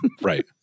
Right